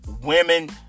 women